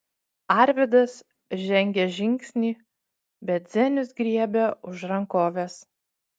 arvydas žengė žingsnį bet zenius griebė už rankovės